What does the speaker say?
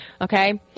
okay